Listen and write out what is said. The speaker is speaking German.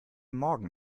morgen